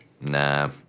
Nah